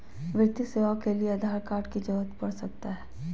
वित्तीय सेवाओं के लिए आधार कार्ड की जरूरत पड़ सकता है?